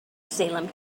salem